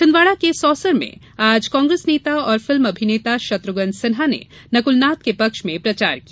छिंदवाड़ा के सौंसर में आज कांग्रेस नेता और फिल्म अभिनेता शत्रुघ्न सिन्हा ने नकुलनाथ के पक्ष में प्रचार किया